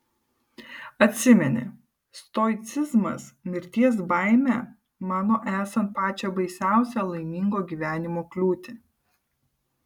atsimeni stoicizmas mirties baimę mano esant pačią baisiausią laimingo gyvenimo kliūtį